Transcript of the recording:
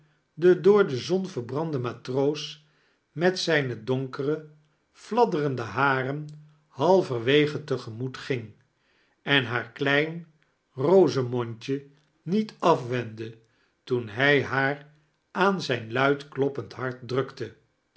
den door de zou verbranden matroos met zijne donkere fladderende haren ialverwege te gemoet ging en haar klein rozemondje niet afwendde toein liij haar aan zijn luid kloppend hart drukte